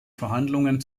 verhandlungen